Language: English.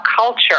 culture